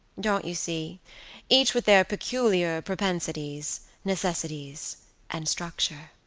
don't you see each with their peculiar propensities, necessities and structure.